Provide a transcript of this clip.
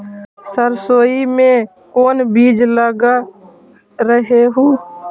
सरसोई मे कोन बीज लग रहेउ?